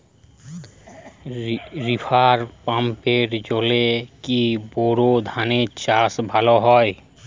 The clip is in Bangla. রিভার পাম্পের জলে কি বোর ধানের চাষ ভালো হয়?